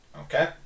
Okay